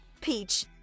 peach